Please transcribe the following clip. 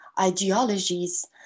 ideologies